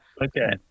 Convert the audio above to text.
Okay